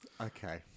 Okay